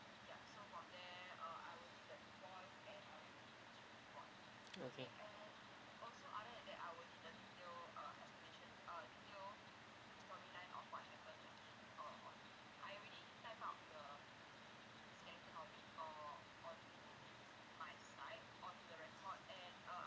okay